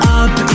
up